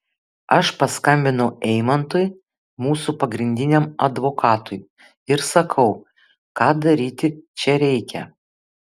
aš paskambinau eimantui mūsų pagrindiniam advokatui ir sakau ką daryti čia reikia